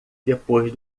depois